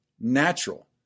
natural